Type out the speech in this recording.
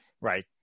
right